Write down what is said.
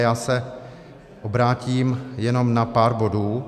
Já se obrátím jenom na pár bodů.